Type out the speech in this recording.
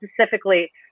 specifically